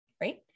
right